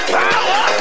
power